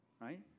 right